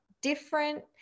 different